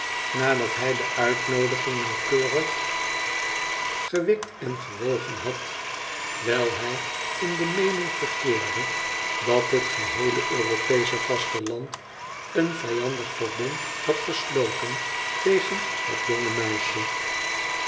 nadat hij de uitnoodiging nauwkeurig gewikt en gewogen had wijl hij in de meening verkeerde dat het geheele europeesche vasteland een vijandig verbond had gesloten tegen het jonge meisje